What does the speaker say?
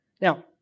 Now